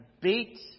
beat